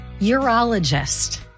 Urologist